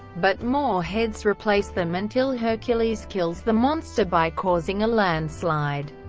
but more heads replace them until hercules kills the monster by causing a landslide.